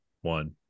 One